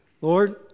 Lord